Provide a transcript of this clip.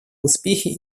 успехи